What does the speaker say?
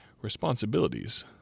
responsibilities